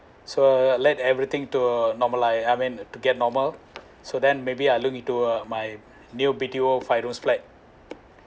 so let everything to normalised I mean to get normal so then maybe I look into uh my new B_T_O five rooms flat